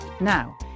Now